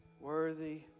Worthy